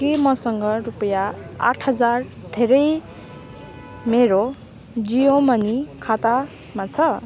के मसँग रुपैयाँ आठ हजार धेरै मेरो जियो मनी खातामा छ